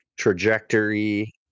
trajectory